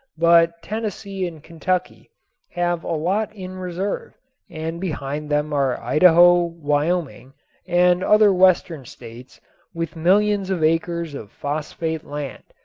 but tennessee and kentucky have a lot in reserve and behind them are idaho, wyoming and other western states with millions of acres of phosphate land,